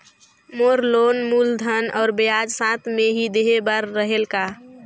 मोर loan मूलधन और ब्याज साथ मे ही देहे बार रेहेल की?